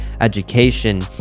education